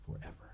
forever